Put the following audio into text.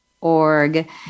org